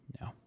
no